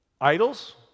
idols